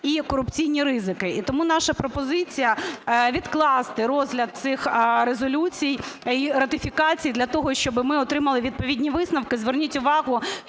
і корупційні ризики. Тому наша пропозиція відкласти розгляд цих резолюцій і ратифікацій для того, щоби ми отримали відповідні висновки. Зверніть увагу,